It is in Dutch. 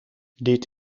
dit